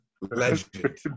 legend